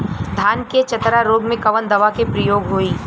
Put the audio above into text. धान के चतरा रोग में कवन दवा के प्रयोग होई?